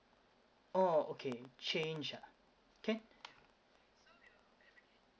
oh okay change ah can